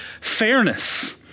fairness